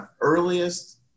earliest